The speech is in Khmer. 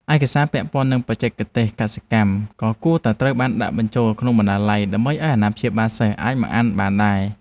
ឯកសារពាក់ព័ន្ធនឹងបច្ចេកទេសកសិកម្មក៏គួរតែត្រូវបានដាក់បញ្ចូលក្នុងបណ្ណាល័យ ដើម្បីឱ្យអាណាព្យាបាលសិស្សអាចមកអានបានដែរ។